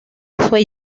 fue